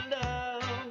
love